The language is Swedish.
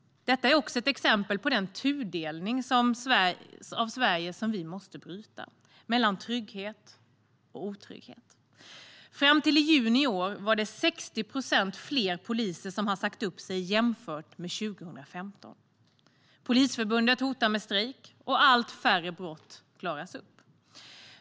Detta är också ett exempel på den tudelning av Sverige - mellan trygghet och otrygghet - som vi måste bryta. Fram till juni i år hade 60 procent fler poliser sagt upp sig jämfört med 2015. Polisförbundet hotar med strejk, och allt färre brott klaras upp.